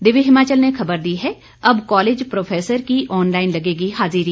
दिव्य हिमाचल ने खबर दी है अब कॉलेज प्रोफेसर की ऑनलाइन लगेगी हाजिरी